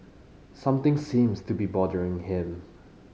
something seems to be bothering him